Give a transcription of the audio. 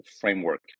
framework